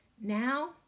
Now